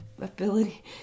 ability